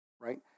right